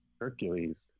Hercules